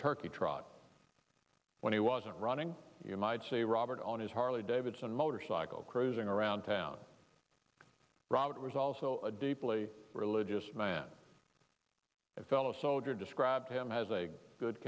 turkey trot when he wasn't running you might see robert on his harley davidson motorcycle cruising around town robert was also a deeply religious man a fellow soldier described him as a good